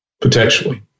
potentially